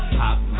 pop